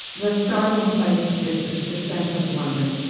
the starting place is is the sense of wonder.